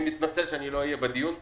אני מתנצל שלא אהיה בדיון פה,